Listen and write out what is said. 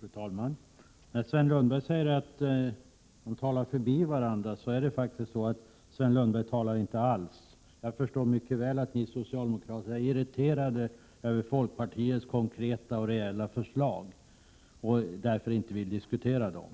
Fru talman! Sven Lundberg sade att vi talar förbi varandra. Men det är faktiskt så att Sven Lundberg i en del fall inte talar alls! Men jag förstår mycket väl att ni socialdemokrater är irriterade över folkpartiets konkreta och reella förslag och därför inte vill diskutera dem.